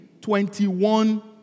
21